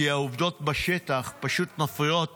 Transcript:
כי העובדות בשטח פשוט מפריעות